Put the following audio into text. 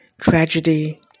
tragedy